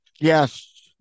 yes